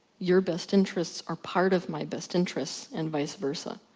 your best interests are part of my best interests. and vice versa.